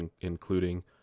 including